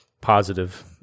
positive